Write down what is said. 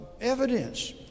evidence